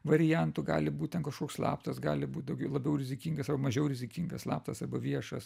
variantų gali būt ten kažkoks slaptas gali būt labiau rizikingas ar mažiau rizikingas slaptas arba viešas